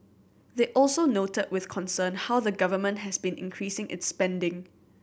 they also noted with concern how the Government has been increasing its spending